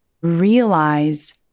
realize